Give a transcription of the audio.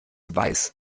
weiß